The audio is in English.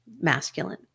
masculine